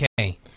Okay